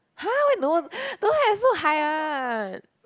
!huh! no no there's no high one